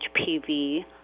HPV